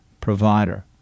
provider